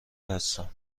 هستم